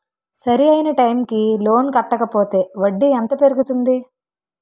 సరి అయినా టైం కి లోన్ కట్టకపోతే వడ్డీ ఎంత పెరుగుతుంది?